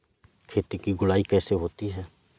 खेत की गुड़ाई कैसे होती हैं?